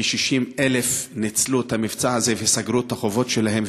כ-60,000 ניצלו את המבצע הזה וסגרו את החובות שלהם,